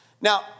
Now